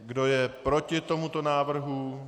Kdo je proti tomuto návrhu?